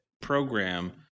program